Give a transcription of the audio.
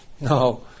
No